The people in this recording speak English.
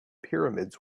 pyramids